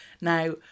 Now